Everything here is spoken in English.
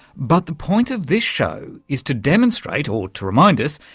but the point of this show is to demonstrate, or to remind us,